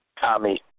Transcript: Tommy